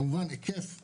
מה הוא היקף הסיוע,